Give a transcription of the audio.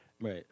Right